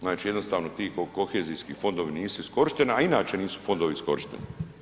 Znači jednostavno ti kohezijski fondovi nisu iskorišteni, a inače nisu fondovi iskorišteni.